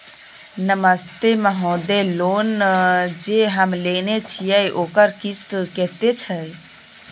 नमस्ते महोदय, लोन जे हम लेने छिये ओकर किस्त कत्ते छै?